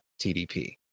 TDP